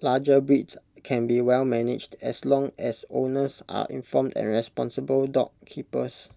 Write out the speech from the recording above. larger breeds can be well managed as long as owners are informed and responsible dog keepers